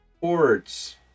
Ports